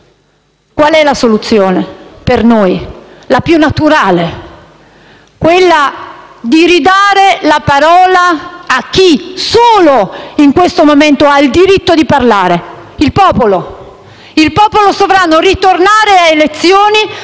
Qual è la soluzione per noi? La più naturale, quella di ridare la parola a chi, solo, in questo momento ha il diritto di parlare: il popolo, il popolo sovrano. Tornare a elezioni